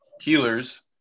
healers